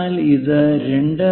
എന്നാൽ ഇത് 2